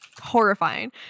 horrifying